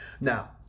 Now